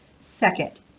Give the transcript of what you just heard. Second